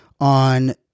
on